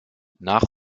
nach